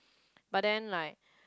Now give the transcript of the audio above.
but then like